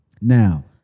Now